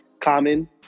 common